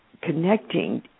connecting